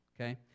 Okay